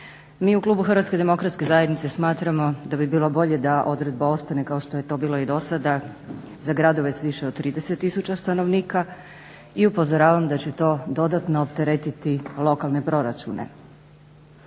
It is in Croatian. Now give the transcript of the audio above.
Mi u klubu Hrvatske demokratske zajednice smatramo da bi bilo bolje da odredba ostane kao što je to bilo i do sada za gradove s više od 30000 stanovnika i upozoravam da će to dodatno opteretiti lokalne proračune.